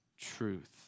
truth